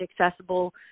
accessible